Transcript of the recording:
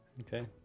Okay